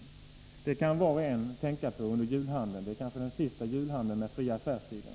Det kan var och en tänka på under julhandeln — det är kanske den sista julhandeln med fria affärstider.